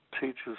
teachers